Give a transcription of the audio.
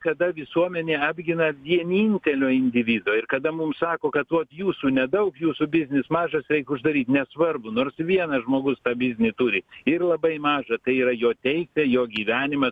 kada visuomenė apgina vienintelio individo ir kada mums sako kad vot jūsų nedaug jūsų biznis mažas reik uždaryt nesvarbu nors vienas žmogus tą biznį turi ir labai mažą tai yra jo teisė jo gyvenimas